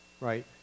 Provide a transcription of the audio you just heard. right